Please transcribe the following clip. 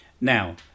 Now